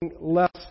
less